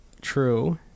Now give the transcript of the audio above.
True